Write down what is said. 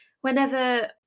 whenever